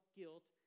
guilt